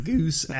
Goose